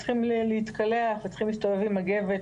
צריכים להתקלח וצריכים להסתובב עם מגבת,